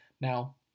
now